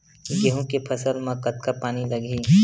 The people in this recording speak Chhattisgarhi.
गेहूं के फसल म कतका पानी लगही?